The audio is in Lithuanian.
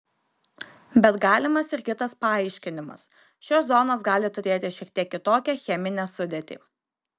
bet galimas ir kitas paaiškinimas šios zonos gali turėti šiek tiek kitokią cheminę sudėtį